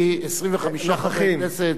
25 חברי כנסת זה,